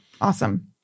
awesome